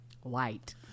white